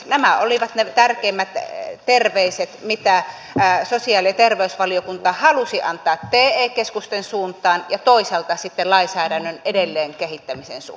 nämä olivat ne tärkeimmät terveiset mitä sosiaali ja terveysvaliokunta halusi antaa te keskusten suuntaan ja toisaalta sitten lainsäädännön edelleenkehittämisen suhteen